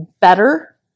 better